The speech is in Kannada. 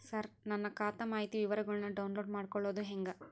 ಸರ ನನ್ನ ಖಾತಾ ಮಾಹಿತಿ ವಿವರಗೊಳ್ನ, ಡೌನ್ಲೋಡ್ ಮಾಡ್ಕೊಳೋದು ಹೆಂಗ?